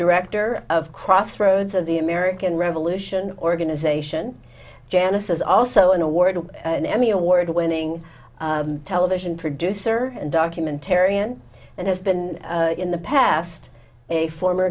director of crossroads of the american revolution organization janice is also an award an emmy award winning television producer and documentarian and has been in the past a former